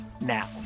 now